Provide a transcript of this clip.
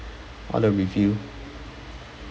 all the review